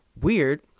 weird